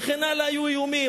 וכן הלאה, היו איומים.